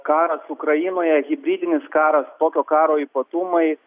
karas ukrainoje hibridinis karas tokio karo ypatumai